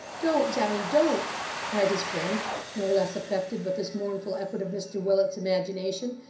don't, johnny, don't cried his friend no less affected with this mournful effort of mr willet's imagination,